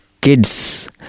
kids